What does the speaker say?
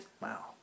Wow